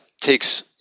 takes